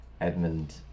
Edmund